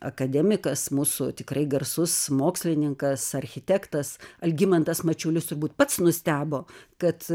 akademikas mūsų tikrai garsus mokslininkas architektas algimantas mačiulis turbūt pats nustebo kad